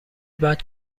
بعد